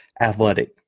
athletic